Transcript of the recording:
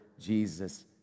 Jesus